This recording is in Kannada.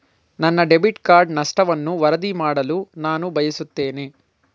ನನ್ನ ಡೆಬಿಟ್ ಕಾರ್ಡ್ ನಷ್ಟವನ್ನು ವರದಿ ಮಾಡಲು ನಾನು ಬಯಸುತ್ತೇನೆ